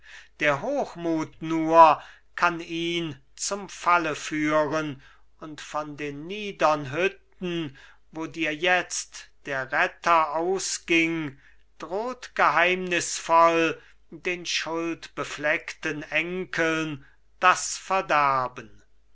der hochmut nur kann ihn zum falle führen und von den niedern hütten wo dir jetzt der retter ausging droht geheimnisvoll den schuldbefleckten enkeln das verderben